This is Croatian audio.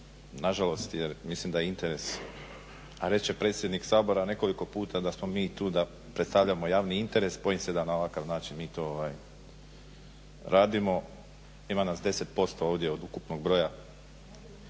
Na žalost, jer mislim da interes, a reći će predsjednik Sabora nekoliko puta da smo mi tu da predstavljamo javni interes. Bojim se da na ovakav način mi to radimo. Ima nas 10% ovdje od ukupnog broja